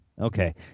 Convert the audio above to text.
Okay